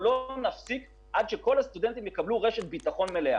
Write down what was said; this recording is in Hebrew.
לא נפסיק עד שכל הסטודנטים יקבלו רשת ביטחון מלאה.